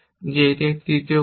যে একটি দ্বিতীয় কর্ম